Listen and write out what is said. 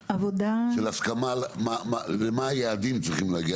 למה היעדים שצריכים להגיע,